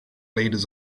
leaders